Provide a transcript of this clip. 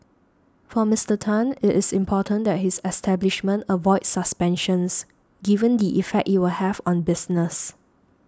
for Mister Tan it is important that his establishment avoids suspensions given the effect it will have on business